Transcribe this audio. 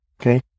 okay